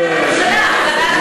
בממשלה.